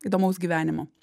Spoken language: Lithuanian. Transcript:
įdomaus gyvenimo